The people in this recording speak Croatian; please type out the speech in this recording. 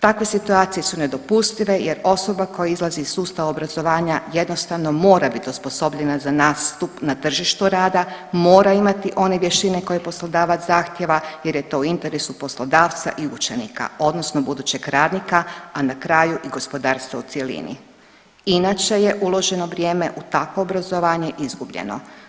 Takve situacije su nedopustive jer osoba koja izlazi iz sustava obrazovanja jednostavno mora biti osposobljena za nastup na tržištu rada, mora imat one vještine koje poslodavac zahtjeva jer je to u interesu poslodavca i učenika odnosno budućeg radnika, a na kraju i gospodarstva u cjelini, inače je uloženo vrijeme u takvo obrazovanje izgubljeno.